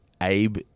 Abe